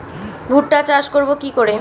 ভুট্টা চাষ করব কি করে?